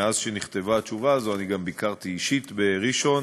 מאז שנכתבה התשובה הזאת גם ביקרתי אישית בראשון,